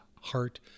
heart